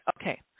Okay